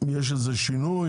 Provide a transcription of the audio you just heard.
יש איזשהו שינוי?